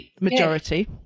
majority